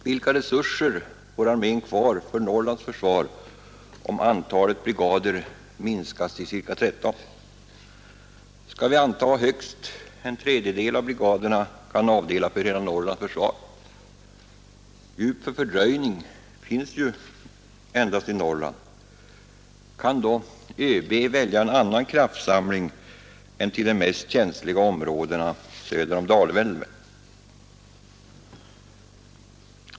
Vilka resurser får armén kvar för Norrlands försvar, om antalet brigader minskar till ca 13? Skall vi anta att högst en tredjedel av brigaderna kan avdelas för hela Norrlands försvar? Djup för fördröjning finns ju endast i Norrland. Kan då ÖB välja annan kraftsamling än till de mest känsliga områdena söder om Dalälven?